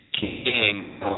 King